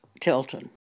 Tilton